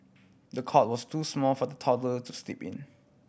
the cot was too small for the toddler to sleep in